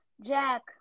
Jack